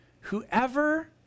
whoever